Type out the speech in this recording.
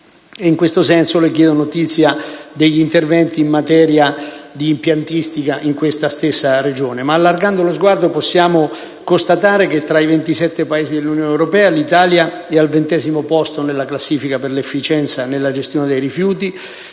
in questo senso le chiedo notizia degli interventi in materia di impiantistica in questa stessa Regione. Ma, allargando lo sguardo, possiamo constatare che tra i 27 Paesi dell'Unione europea l'Italia è al ventesimo posto nella classifica per 1'efficienza nella gestione dei rifiuti,